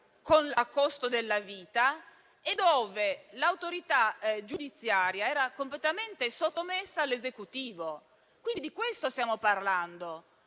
a costo della vita, e dove l'autorità giudiziaria era completamente sottomessa all'Esecutivo. Di questo stiamo parlando